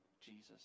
Jesus